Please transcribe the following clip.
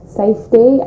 safety